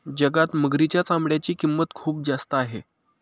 जगात मगरीच्या चामड्याची किंमत खूप जास्त आहे